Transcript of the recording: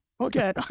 Okay